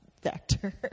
factor